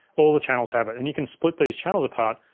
all the channels have it. and you can split these channels apart.